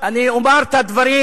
אני אומר את הדברים